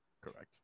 Correct